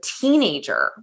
teenager